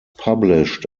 published